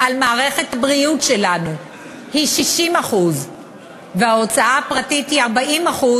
על מערכת הבריאות שלנו היא 60% וההוצאה הפרטית היא 40%,